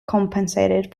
compensated